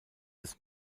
des